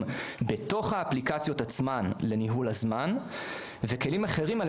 בתוך האפליקציות עצמן לניהול הזמן וכלים אחרים על